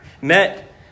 met